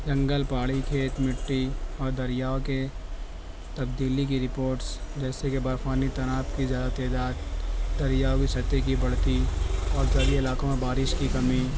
جنگل پہاڑی کھیت مٹی اور دریاؤں کے تبدیلی کی رپورٹس جیسے کہ برفانی تنات کی زیادہ تعداد دریاؤں کے سطح کی بڑھتی اور تری علاقوں میں بارش کی کمی